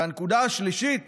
הנקודה השלישית